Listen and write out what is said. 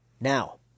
Now